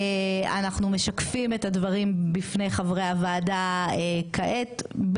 אנחנו משקפים את הדברים בפני חברי הוועדה כעת,